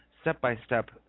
step-by-step